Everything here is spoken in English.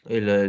il